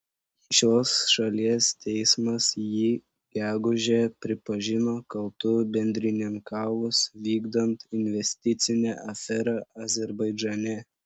šios šalies teismas jį gegužę pripažino kaltu bendrininkavus vykdant investicinę aferą azerbaidžane